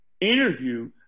interview